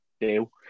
deal